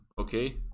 okay